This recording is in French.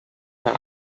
par